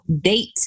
date